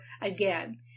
again